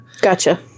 Gotcha